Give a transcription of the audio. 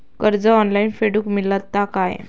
कर्ज ऑनलाइन फेडूक मेलता काय?